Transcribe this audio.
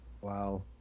Wow